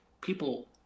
people